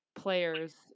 players